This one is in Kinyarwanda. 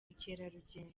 bukerarugendo